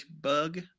bug